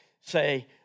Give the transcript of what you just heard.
say